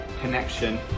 connection